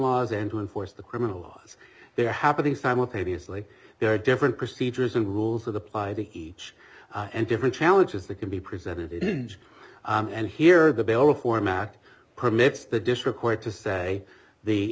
laws and to enforce the criminal laws they are happening simultaneously there are different procedures and rules that apply to each and different challenges that can be presented and here the bill of format permits the district court to say the